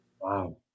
Wow